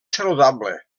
saludable